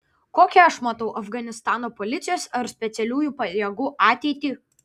kokią aš matau afganistano policijos ar specialiųjų pajėgų ateitį